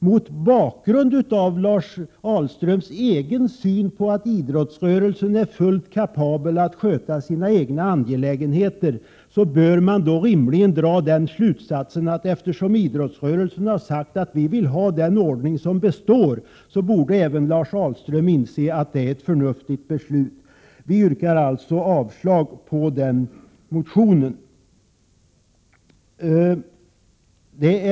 Mot bakgrund av Lars Ahlströms egen syn — att idrottsrörelsen är fullt kapabel att själv sköta sina angelägenheter — bör slutsatsen rimligen bli att även Lars Ahlström inser att detta är ett förnuftigt beslut, eftersom idrottsrörelsen har sagt sig vilja ha den bestående ordningen. Vi yrkar avslag på motionen.